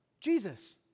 Jesus